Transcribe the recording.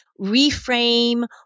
reframe